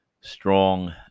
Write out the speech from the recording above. strong